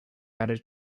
added